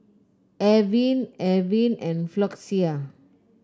Avene Avene and Floxia